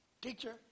teacher